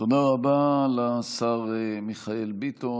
תודה רבה לשר מיכאל ביטון.